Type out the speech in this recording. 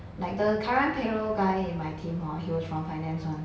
like the current payroll guy in my team hor he was from finance [one]